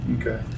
Okay